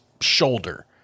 shoulder